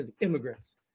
immigrants